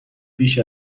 بیش